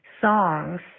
songs